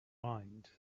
mind